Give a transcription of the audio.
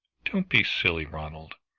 don't be silly, ronald!